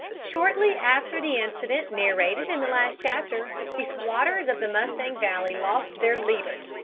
shortly after the incident narrated in the last chapter, the squatters of the mustang valley lost their leader.